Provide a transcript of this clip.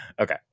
Okay